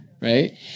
Right